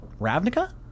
Ravnica